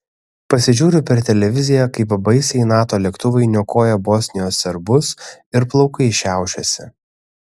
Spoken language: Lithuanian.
pasižiūriu per televiziją kaip baisiai nato lėktuvai niokoja bosnijos serbus ir plaukai šiaušiasi